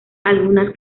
algunas